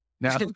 now